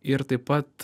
ir taip pat